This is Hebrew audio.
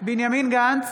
בנימין גנץ,